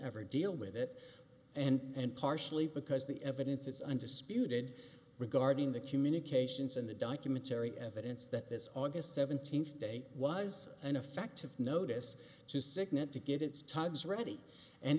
ever deal with it and partially because the evidence is undisputed regarding the communications and the documentary evidence that this august seventeenth date was an effective notice to cigna to get its tides ready and